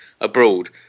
abroad